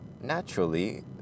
naturally